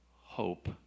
hope